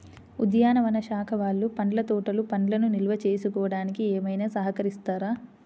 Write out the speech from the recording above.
ఉద్యానవన శాఖ వాళ్ళు పండ్ల తోటలు పండ్లను నిల్వ చేసుకోవడానికి ఏమైనా సహకరిస్తారా?